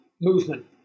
movement